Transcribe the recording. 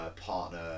partner